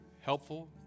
helpful